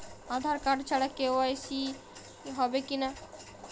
আধার card ছাড়া KYC হবে কিনা?